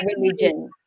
religion